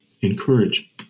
encourage